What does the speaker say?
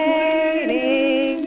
waiting